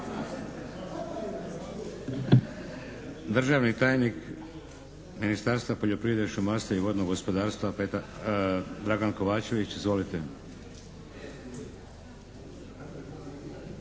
državni tajnik Ministarstva poljoprivrede, šumarstva i vodnog gospodarstva Dragan Kovačević.